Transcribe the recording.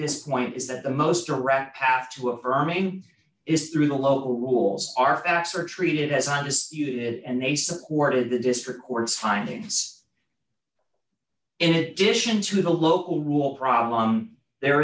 this point is that the most direct path to affirming is through the local rules are facts are treated as undisputed and they supported the district court's findings it gets into the local rule problem there